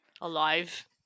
Alive